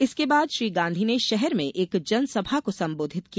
इसके बाद श्री गांधी ने शहर में एक जनसभा को सम्बोधित किया